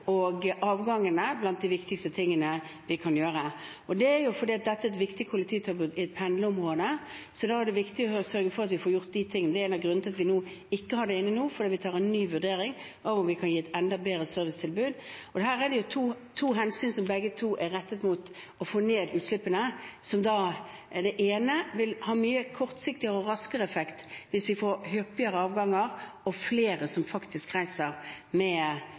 fordi dette er et viktig kollektivtilbud i et pendlerområde, så da er det viktig å sørge for at vi får gjort de tingene. Det er en av grunnene til at vi ikke har det inne nå – vi tar en ny vurdering av om vi kan gi et enda bedre servicetilbud. Her er det to hensyn som begge er rettet mot å få ned utslippene, hvorav det ene vil ha mye mer kortsiktig og raskere effekt, hvis vi får hyppigere avganger og flere som faktisk reiser med